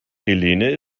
helene